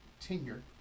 tenure